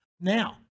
Now